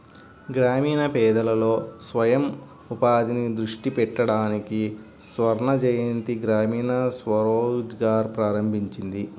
గ్రామీణ పేదలలో స్వయం ఉపాధిని దృష్టి పెట్టడానికి స్వర్ణజయంతి గ్రామీణ స్వరోజ్గార్ ప్రారంభించింది